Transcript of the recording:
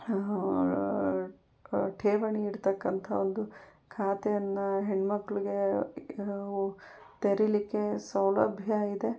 ಠೇವಣಿ ಇಡತಕ್ಕಂಥ ಒಂದು ಖಾತೆಯನ್ನು ಹೆಣ್ಮಕ್ಕಳಿಗೆ ತೆರೀಲಿಕ್ಕೆ ಸೌಲಭ್ಯ ಇದೆ